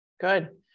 good